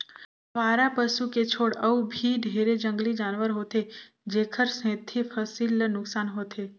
अवारा पसू के छोड़ अउ भी ढेरे जंगली जानवर होथे जेखर सेंथी फसिल ल नुकसान होथे